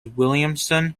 williamson